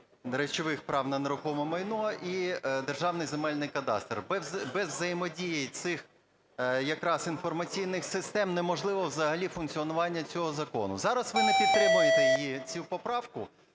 речових прав на нерухоме майно і Державний земельний кадастр. Без взаємодії цих якраз інформаційних систем неможливе взагалі функціонування цього закону. Зараз ви її не підтримуєте, цю поправку,